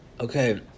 Okay